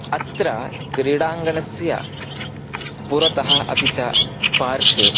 अत्र क्रीडाङ्गणस्य पुरतः अपि च पार्श्वे